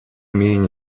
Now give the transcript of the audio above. имею